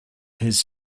his